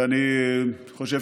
ואני חושב